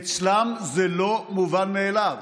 אצלם זה לא מובן מאליו.